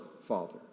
Father